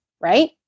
right